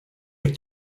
with